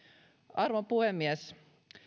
arvon puhemies